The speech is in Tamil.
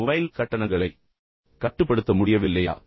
உங்கள் மொபைல் கட்டணங்களை உங்களால் கட்டுப்படுத்த முடியவில்லையா